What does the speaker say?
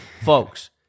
Folks